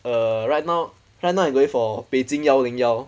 uh right now right now I going for beijing 幺零幺